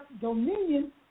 dominion